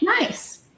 Nice